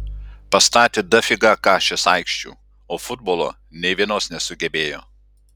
pastatė dafiga kašės aikščių o futbolo nei vienos nesugebėjo